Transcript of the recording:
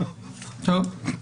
טוב.